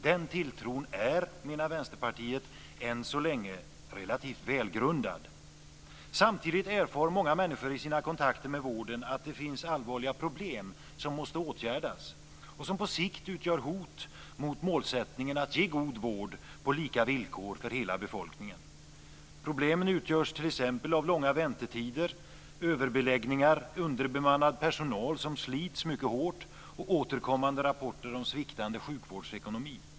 Den tilltron är, menar Vänsterpartiet, än så länge relativt välgrundad. Samtidigt erfar många människor i sina kontakter med vården att det finns allvarliga problem som måste åtgärdas och som på sikt utgör hot mot målsättningen att ge god vård på lika villkor för hela befolkningen. Problemen utgörs t.ex. av långa väntetider, av överbeläggningar, av underbemannad personal som slits mycket hårt och av återkommande rapporter om en sviktande sjukvårdsekonomi.